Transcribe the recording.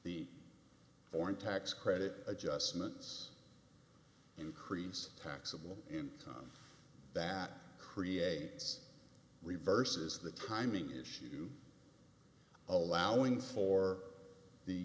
the foreign tax credit adjustments increase taxable income that creates reverses the timing issue allowing for the